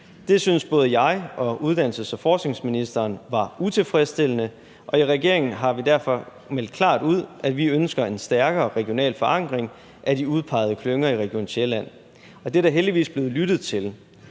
Det syntes både jeg og uddannelses- og forskningsministeren var utilfredsstillende, og i regeringen har vi derfor meldt klart ud, at vi ønsker en stærkere regional forankring af de udpegede klynger i Region Sjælland. Og det er der heldigvis blevet lyttet til.